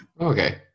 Okay